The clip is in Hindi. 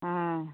हाँ